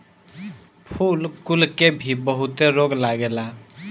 फूल कुल के भी बहुते रोग लागेला